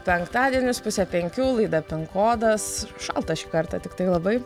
penktadienis pusė penkių laida pin kodas šalta šį kartą tiktai labai